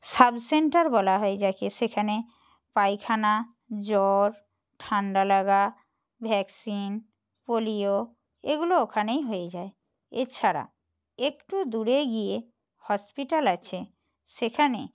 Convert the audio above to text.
sub centre বলা হয় যাকে সেখানে পায়খানা জ্বর ঠান্ডা লাগা ভ্যাকসিন পোলিও এগুলো ওখানেই হয়ে যায় এছাড়া একটু দূরে গিয়ে হসপিটাল আছে সেখানে